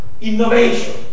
Innovation